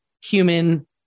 human